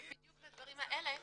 בדיוק לדברים האלה.